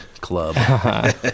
club